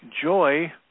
joy